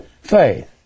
faith